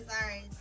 sorry